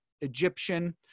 Egyptian